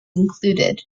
included